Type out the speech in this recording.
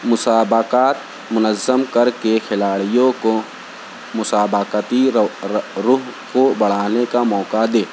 مسابقات منظم کر کے کھلاڑیوں کو مسابقتی رو رو رخ کو بڑھانے کا موقع دے